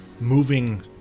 moving